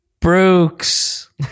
Brooks